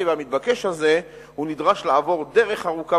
והמתבקש הזה הוא נדרש לעבור דרך ארוכה,